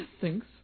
Thanks